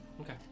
Okay